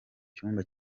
cyumba